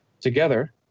Together